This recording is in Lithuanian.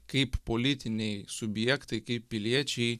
kaip politiniai subjektai kaip piliečiai